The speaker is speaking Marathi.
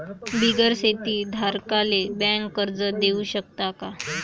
बिगर शेती धारकाले बँक कर्ज देऊ शकते का?